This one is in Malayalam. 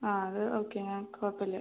ആ അത് ഓക്കെ ഞാൻ കുഴപ്പമില്ല